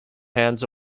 hands